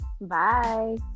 Bye